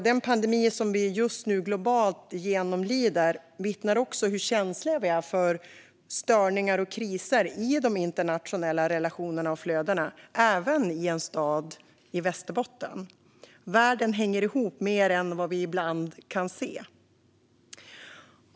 Den pandemi som vi just nu globalt genomlider vittnar också om hur känsliga vi är för störningar och kriser i de internationella relationerna och flödena, även i en stad i Västerbotten. Världen hänger ihop mer än vad vi ibland kan se.